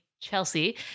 Chelsea